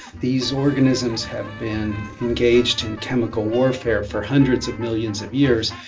these organisms have been engaged in chemical warfare for hundreds of millions of years,